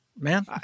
man